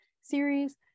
series